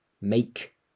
make